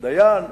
דיין,